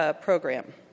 program